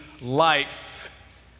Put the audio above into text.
life